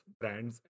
brands